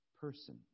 person